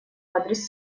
адрес